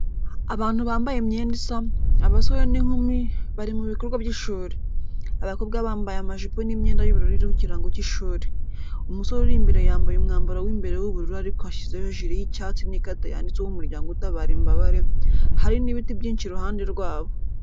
Abantu bambaye imyenda isa, abasore n’inkumi, bari mu bikorwa by’ishuri. Abakobwa bambaye amajipo n’imyenda y'ubururu iriho ikirango cy’ishuri. Umusore uri imbere yambaye umwambaro w’imbere w’ubururu ariko ashyizeho jire y’icyatsi n’ikarita yanditseho umuryango utabara imbabare, hari n'ibti byinshi iruhande rwabo.